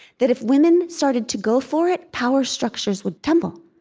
that if women started to go for it, power structures would tumble.